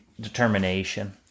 determination